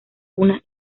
una